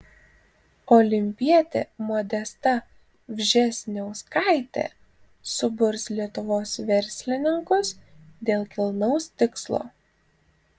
olimpietė modesta vžesniauskaitė suburs lietuvos verslininkus dėl kilnaus tikslo